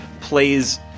plays